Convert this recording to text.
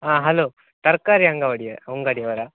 ಹಾಂ ಹಲೋ ತರಕಾರಿ ಅಂಗವಾಡಿ ಅಂಗಡಿಯವರೇ